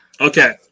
Okay